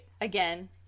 again